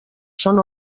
són